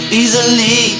easily